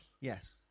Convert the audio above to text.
Yes